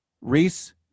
Reese